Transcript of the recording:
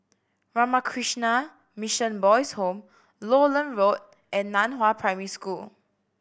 Ramakrishna Mission Boys' Home Lowland Road and Nan Hua Primary School